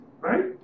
right